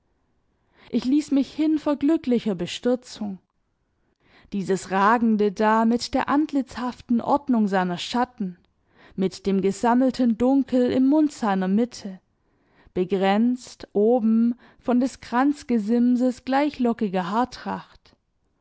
ich ließ mich hin vor glücklicher bestürzung dieses ragende da mit der antlitzhaften ordnung seiner schatten mit dem gesammelten dunkel im mund seiner mitte begrenzt oben von des